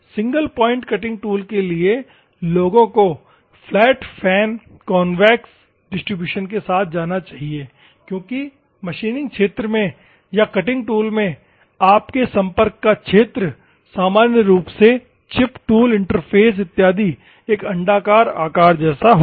single point cutting tool के लिए लोगों को फ्लैट फैन कॉन्वेक्स डिस्ट्रीब्यूशन के साथ जाना चाहिए क्योंकि मशीनिंग क्षेत्र में या कटिंग टूल में आपके संपर्क का क्षेत्र सामान्य रूप से चिप टूल इंटरफ़ेस इत्यादि एक अण्डाकार आकार जैसा होगा